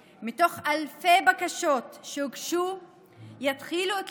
מתוך אלפי בקשות שהוגשו יתחילו את